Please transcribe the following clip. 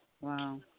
Wow